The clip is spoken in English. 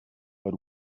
but